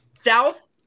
south